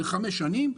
לחמש שנים,